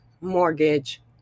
mortgage